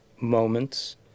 moments